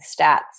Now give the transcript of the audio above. stats